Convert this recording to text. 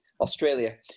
Australia